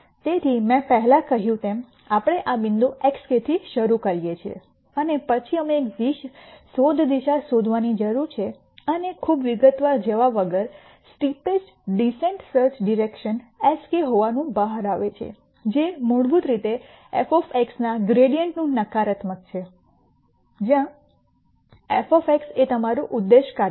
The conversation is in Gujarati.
તેથી મેં પહેલા કહ્યું તેમ આપણે આ બિંદુ xk થી શરૂ કરીએ છીએ અને પછી અમે એક શોધ દિશા શોધવાની જરૂર છે અને ખૂબ વિગતવાર જવા વગર steepest descent search direction sk હોવા નું બહાર આવે છે જે મૂળભૂત રીતે f ના ગ્રૈડીઅન્ટનું નકારાત્મક છે જ્યાં f એ તમારું ઉદ્દેશ કાર્ય છે